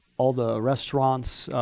all the restaurants.